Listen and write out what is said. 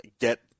get